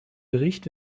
bericht